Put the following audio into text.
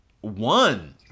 one